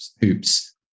hoops